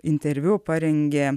interviu parengė